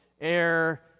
air